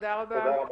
תודה רבה.